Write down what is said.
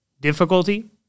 difficulty